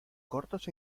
cortos